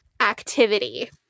activity